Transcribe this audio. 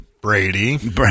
brady